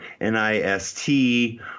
NIST